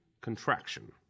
contraction